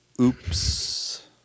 Oops